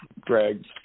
Greg